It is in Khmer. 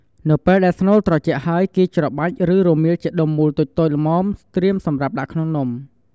នៅពេលដែលស្នូលត្រជាក់ហើយ គេច្របាច់ ឬរមៀលជាដុំមូលតូចៗល្មម ត្រៀមសម្រាប់ដាក់ក្នុងនំ។